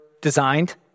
designed